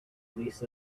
lisa